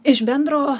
iš bendro